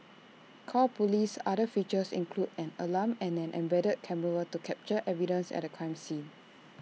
call police's other features include an alarm and an embedded camera to capture evidence at A crime scene